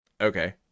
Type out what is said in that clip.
Okay